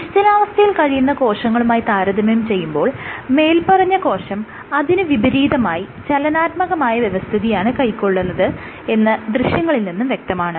നിശ്ചലാവസ്ഥയിൽ കഴിയുന്ന കോശങ്ങളുമായി താരതമ്യം ചെയ്യുമ്പോൾ മേല്പറഞ്ഞ കോശം അതിന് വിപരീതമായി ചലനാത്മകമായ വ്യവസ്ഥിതിയാണ് കൈക്കൊള്ളുന്നത് എന്നത് ദൃശ്യങ്ങളിൽ നിന്നും വ്യക്തമാണ്